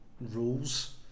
rules